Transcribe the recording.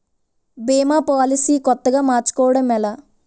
భీమా policy కొత్తగా మార్చుకోవడం ఎలా?